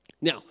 Now